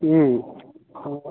হয়